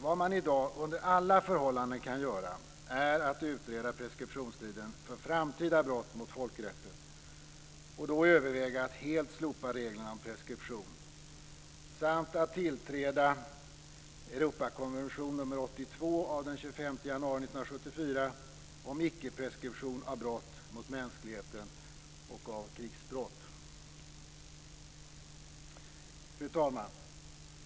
Vad man i dag under alla förhållanden kan göra är att utreda preskriptionstiden för framtida brott mot folkrätten, och då överväga att helt slopa reglerna om preskription samt att tillträda Europakonvention nr 82 av den 25 januari 1974 om ickepreskription av brott mot mänskligheten och av krigsbrott. Fru talman!